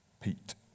Pete